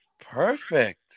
perfect